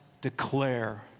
declare